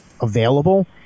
available